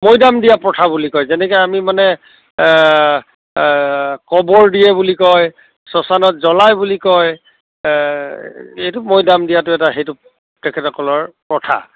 মৈদাম দিয়া প্ৰথা বুলি কয় যেনেকৈ আমি মানে কবৰ দিয়ে বুলি কয় শ্মশানত জলায় বুলি কয় এইটো মৈদাম দিয়াটো সেইটো তেখেতসকলৰ এটা প্ৰথা